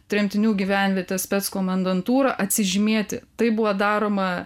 tremtinių gyvenvietes spec komendantūrą atsižymėti tai buvo daroma